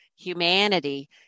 Humanity